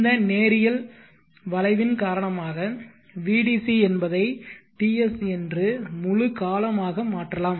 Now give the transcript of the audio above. இந்த நேரியல் வளைவின் காரணமாக vdc என்பதை TS என்று முழு காலம் ஆக மாற்றலாம்